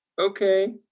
okay